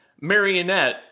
marionette